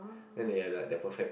then they have like the perfect